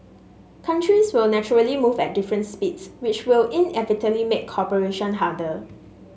countries will naturally move at different speeds which will inevitably make cooperation harder